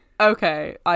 okay